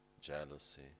jealousy